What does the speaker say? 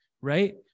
Right